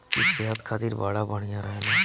इ सेहत खातिर बड़ा बढ़िया रहेला